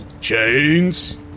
Chains